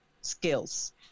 skills